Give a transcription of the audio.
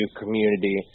community